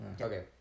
Okay